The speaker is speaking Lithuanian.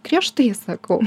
griežtai sakau